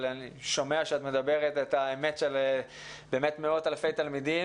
אני שומע שאת מדברת את האמת של מאות אלפי תלמידים